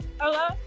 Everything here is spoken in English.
Hello